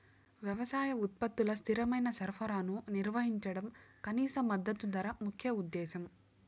వ్యవసాయ ఉత్పత్తుల స్థిరమైన సరఫరాను నిర్వహించడం కనీస మద్దతు ధర ముఖ్య ఉద్దేశం